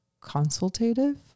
consultative